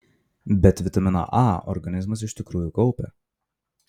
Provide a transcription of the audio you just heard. bet vitaminą a organizmas iš tikrųjų kaupia